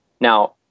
Now